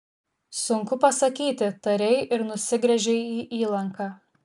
sunku pasakyti tarei ir nusigręžei į įlanką